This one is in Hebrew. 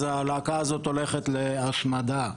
אז הלהקה הזאת הולכת להשמדה,